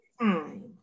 time